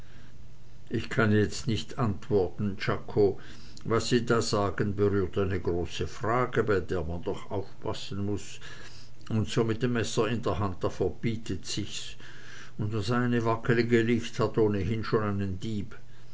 ich kann jetzt nicht antworten czako was sie da sagen berührt eine große frage bei der man doch aufpassen muß und so mit dem messer in der hand da verbietet sich's und das eine wacklige licht hat ohnehin schon einen dieb